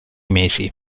mesi